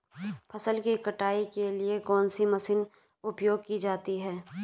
फसल की कटाई के लिए कौन सी मशीन उपयोग की जाती है?